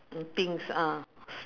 the things ah